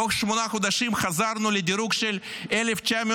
תוך שמונה חודשים חזרנו לדירוג של 1993,